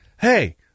Hey